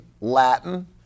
Latin